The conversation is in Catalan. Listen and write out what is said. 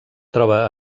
troba